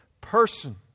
person